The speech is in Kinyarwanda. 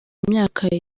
myaka